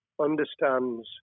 understands